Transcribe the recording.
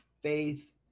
faith